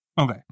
Okay